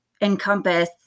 encompass